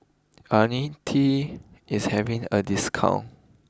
Ionil T is having a discount